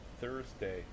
Thursday